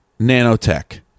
nanotech